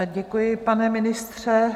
Děkuji, pane ministře.